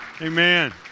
Amen